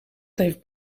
heeft